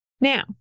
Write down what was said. Now